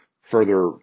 further